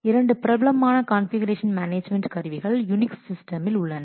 இரண்டு பிரபலமான configuration management கருவிகள் யூனிக்ஸ் சிஸ்டமில் உள்ளன